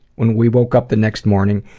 when we woke up the next morning,